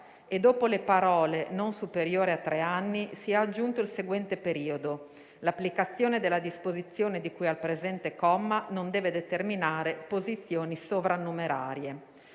e dopo le parole: "non superiore a tre anni.", sia aggiunto il seguente periodo: "L'applicazione della disposizione di cui al presente comma non deve determinare posizioni sovrannumerarie.";